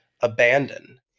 abandon